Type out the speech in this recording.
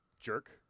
Jerk